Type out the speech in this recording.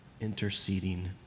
interceding